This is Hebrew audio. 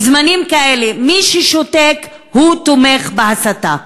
בזמנים כאלה, מי ששותק, תומך בהסתה.